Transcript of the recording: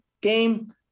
game